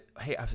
hey